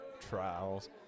trials